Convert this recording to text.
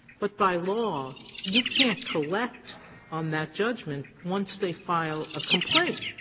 but by law you can't collect on that judgment once they file a complaint.